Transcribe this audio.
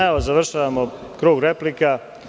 Evo, završavamo krug replika.